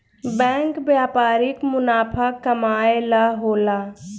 bank व्यापारिक मुनाफा कमाए ला होला